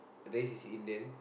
race is Indian